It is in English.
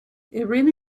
irina